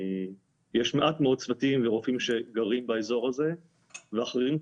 יש מעט מאוד צוותים ורופאים שגרים באזור הזה ואחרים שהם